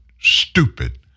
stupid